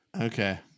Okay